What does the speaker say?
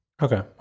Okay